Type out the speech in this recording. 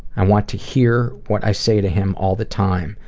i want to hear what i say to him all the time.